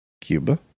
cuba